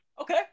Okay